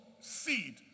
seed